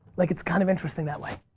like it's kind of interesting that way.